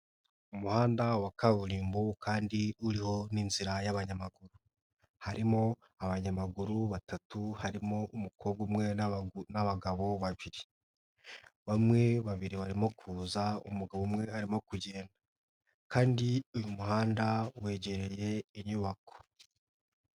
Umuhanda wa kaburimbo kandi uriho n'inzira y'abanyamaguru harimo abanyamaguru batatu harimo umukobwa umwe n'abagabo babiri bamwe babiri barimo kuza umugabo umwe arimo kugenda kandi uyu muhanda wegereye inyubako.